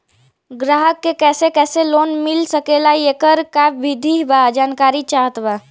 ग्राहक के कैसे कैसे लोन मिल सकेला येकर का विधि बा जानकारी चाहत बा?